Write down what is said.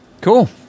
Cool